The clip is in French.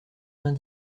vingt